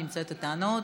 שנמצאות איתנו,